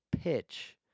pitch